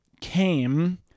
came